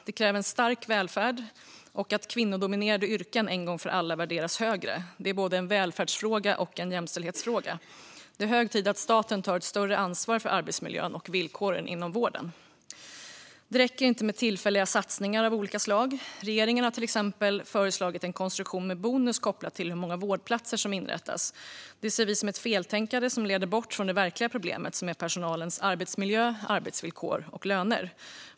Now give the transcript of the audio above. Det kräver en stark välfärd och att kvinnodominerade yrken en gång för alla värderas högre - det är både en välfärdsfråga och en jämställdhetsfråga. Det är hög tid att staten tar ett större ansvar för arbetsmiljön och villkoren inom vården. Det räcker inte med tillfälliga satsningar av olika slag. Regeringen har till exempel föreslagit en konstruktion med bonus kopplat till hur många vårdplatser som inrättas. Det ser vi som ett feltänkande som leder bort från det verkliga problemet, som är personalens arbetsmiljö, arbetsvillkor och löner.